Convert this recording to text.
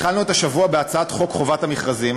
התחלנו את השבוע בהצעת חוק חובת המכרזים,